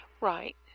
Right